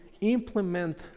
implement